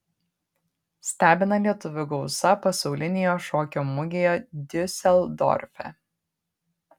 stebina lietuvių gausa pasaulinėje šokio mugėje diuseldorfe